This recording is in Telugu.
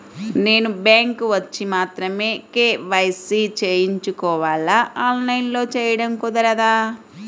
నేను బ్యాంక్ వచ్చి మాత్రమే కే.వై.సి చేయించుకోవాలా? ఆన్లైన్లో చేయటం కుదరదా?